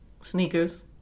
sneakers